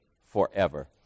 forever